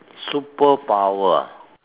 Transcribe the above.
superpower ah